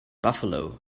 buffalo